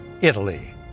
Italy